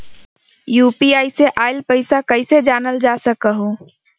UPI से आईल पैसा कईसे जानल जा सकहु?